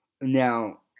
Now